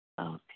okay